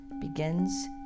begins